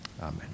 Amen